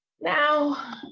Now